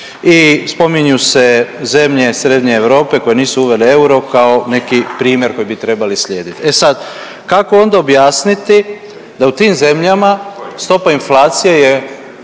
i spominju se zemlje srednje Europe koje nisu uvele euro kao neki primjer koji bi trebali slijediti. E sad, kako onda objasniti da u tim zemljama stopa inflacije je